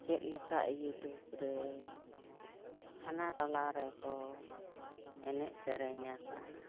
ᱪᱮᱫ ᱞᱮᱠᱟ ᱤᱭᱩᱴᱩᱵᱽ ᱨᱮ ᱦᱟᱱᱟ ᱴᱚᱞᱟ ᱨᱮᱠᱚ ᱮᱱᱮᱡ ᱥᱮᱨᱮᱧ ᱟᱠᱟᱫᱟ